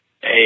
Hey